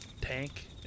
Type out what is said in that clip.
tank